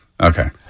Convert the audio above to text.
Okay